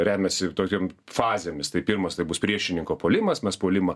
remiasi ir tokiom fazėmis tai pirmas tai bus priešininko puolimas mes puolimą